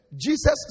Jesus